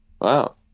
Wow